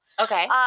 Okay